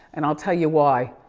and i'll tell you why.